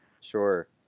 Sure